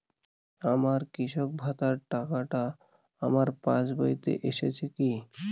আমার কৃষক ভাতার টাকাটা আমার পাসবইতে এসেছে কি?